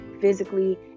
physically